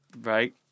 Right